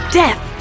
death